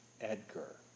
Edgar